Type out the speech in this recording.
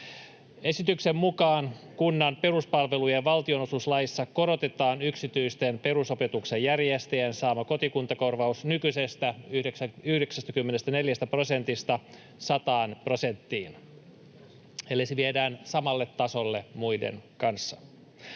Esityksen mukaan kunnan peruspalvelujen valtionosuuslaissa korotetaan yksityisten perusopetuksen järjestäjien saama kotikuntakorvaus nykyisestä 94 prosentista 100 prosenttiin, eli se viedään samalle tasolle muiden kanssa.